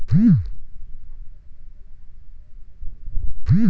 मी गहाण ठेवत असलेल्या मालमत्तेवर मला किती कर्ज मिळेल?